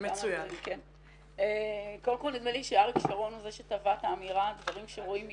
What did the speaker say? נדמה לי שאריק שרון הוא זה שאמר את האמירה שדברים שרואים מכאן,